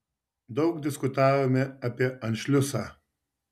daug diskutavome apie anšliusą